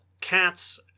cats